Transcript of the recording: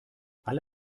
alle